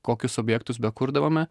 kokius objektus bekurdavome